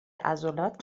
عضلات